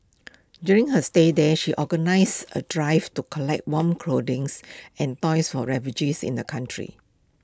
during her stay there she organised A drive to collect warm clothings and toys for refugees in the country